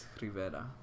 Rivera